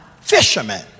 fishermen